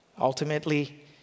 ultimately